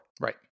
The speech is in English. right